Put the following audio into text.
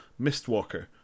Mistwalker